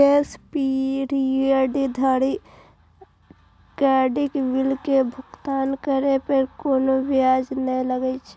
grace period धरि credit bill के भुगतान करै पर कोनो ब्याज नै लागै छै